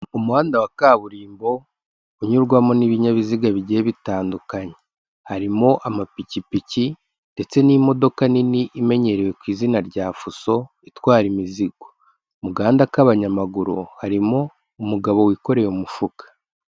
Umuhanda wa kaburimbo unyurwamo n'ibinyabiziga bigiye bitandukanye, harimo amapikipiki ndetse n'imodoka nini imenyerewe ku izina rya fuso itwara imizigo, mu gahanda k'abanyamaguru harimo umugabo wikoreye umufuka.